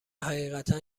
حقیقتا